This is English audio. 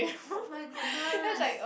oh-my-goodness